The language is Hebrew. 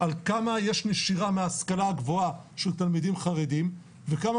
על כמה יש נשירה מההשכלה הגבוהה של תלמידים חרדים וכמה